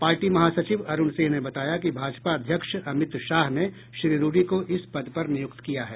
party महासचिव अरुण सिंह ने बताया कि भाजपा अध्यक्ष अमित शाह ने श्री रूडी को इस पद पर नियुक्त किया है